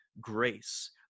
grace